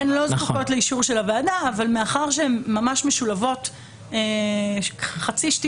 הן לא זקוקות לאישור הוועדה אבל הן ממש משולבות חצי שתי